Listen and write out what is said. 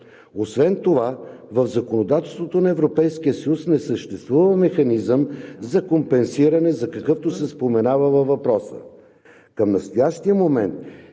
Освен това в законодателството на Европейския съюз не съществува механизъм за компенсиране, за какъвто се споменава във въпроса. Към настоящия момент